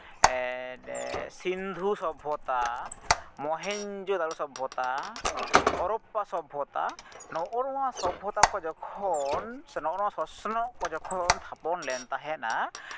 ᱮᱸᱜ ᱥᱤᱱᱫᱷᱩ ᱥᱚᱵᱵᱷᱚᱛᱟ ᱢᱚᱦᱮᱧᱡᱳᱫᱟᱨᱳ ᱥᱚᱵᱵᱷᱚᱛᱟ ᱦᱚᱨᱚᱯᱯᱟ ᱥᱚᱵᱵᱷᱚᱛᱟ ᱱᱚᱜᱼᱚ ᱱᱚᱣᱟ ᱥᱚᱵᱵᱷᱚᱛᱟ ᱠᱚ ᱡᱚᱠᱷᱚᱱ ᱥᱮ ᱱᱚᱜᱼᱚ ᱱᱚᱣᱟ ᱥᱚᱥᱱᱚᱜ ᱠᱚ ᱡᱚᱠᱷᱚᱱ ᱛᱟᱯᱚᱱ ᱞᱮᱱ ᱛᱟᱦᱮᱸᱫᱼᱟ